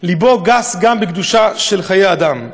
לבו גס גם בקדושה של חיי אדם.